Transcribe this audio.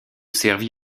servi